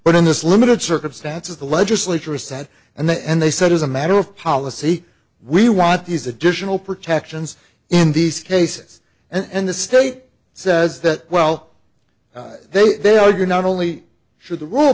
but in this limited circumstances the legislature is sad and the end they said as a matter of policy we want these additional protections in these cases and the state says that well they argue not only should the rule